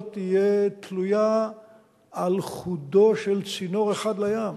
תהיה תלויה על חודו של צינור אחד לים,